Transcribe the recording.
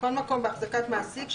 "מקום עבודה" כל מקום בהחזקת מעסיק,